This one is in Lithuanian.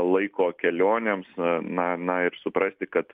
laiko kelionėms na na ir suprasti kad